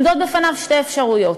עומדות בפניו שתי אפשרויות: